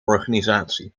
organisatie